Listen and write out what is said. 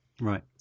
Right